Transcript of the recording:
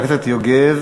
חבר הכנסת יוגב.